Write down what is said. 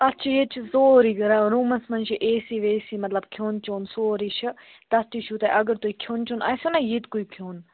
اَتھ چھِ ییٚتہِ چھِ سورُے کَران روٗمَس منٛز چھِ اے سی وی سی مطلب کھٮ۪ون چٮ۪ون سورُے چھِ تَتھ تہِ چھُو تۄہہِ اگر تُہۍ کھٮ۪ون چٮ۪ون آسٮ۪و نا ییٚتہِ کُے کھٮ۪ون